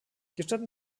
gestatten